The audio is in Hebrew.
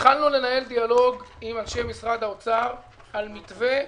התחלנו לעסוק בסוגיה,